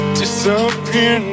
disappear